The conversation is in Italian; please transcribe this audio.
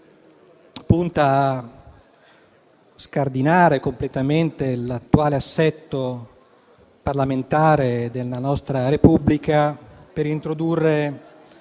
punta a scardinare completamente l'attuale assetto parlamentare della nostra Repubblica, per introdurre